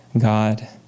God